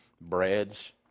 breads